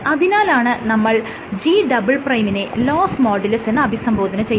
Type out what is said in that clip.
അതിനാലാണ് നമ്മൾ G" നെ ലോസ്സ് മോഡുലസ് എന്ന് അഭിസംബോധന ചെയ്യുന്നത്